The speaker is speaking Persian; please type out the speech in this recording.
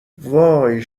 وای